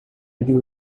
you